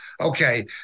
okay